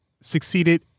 succeeded